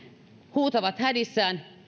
huutavat hädissään